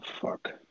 fuck